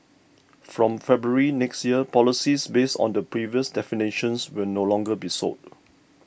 from February next year policies based on the previous definitions will no longer be sold